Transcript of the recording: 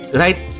right